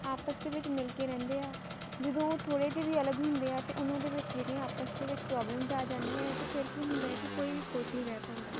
ਆਪਸ ਦੇ ਵਿੱਚ ਮਿਲ ਕੇ ਰਹਿੰਦੇ ਆ ਜਦੋਂ ਉਹ ਥੋੜ੍ਹੇ ਜਿਹੇ ਵੀ ਅਲੱਗ ਹੁੰਦੇ ਆ ਤਾਂ ਉਹਨਾਂ ਦੇ ਵਿੱਚ ਜਿਹੜੀਆਂ ਆਪਸ ਦੇ ਵਿੱਚ ਪ੍ਰੋਬਲਮਸ ਆ ਜਾਂਦੀਆਂ ਹੈ ਅਤੇ ਫਿਰ ਕੀ ਹੁੰਦਾ ਹੈ ਕਿ ਕੋਈ ਵੀ ਖੁਸ਼ ਨਹੀਂ ਰਹਿ ਪਾਉਂਦਾ